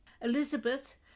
Elizabeth